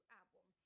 album